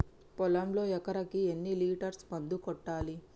పొలంలో ఎకరాకి ఎన్ని లీటర్స్ మందు కొట్టాలి?